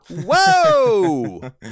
Whoa